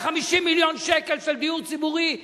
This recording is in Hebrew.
150 מיליון שקל של דיור ציבורי,